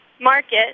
market